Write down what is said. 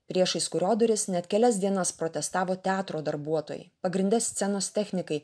priešais kurio duris net kelias dienas protestavo teatro darbuotojai pagrinde scenos technikai